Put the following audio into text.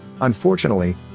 Unfortunately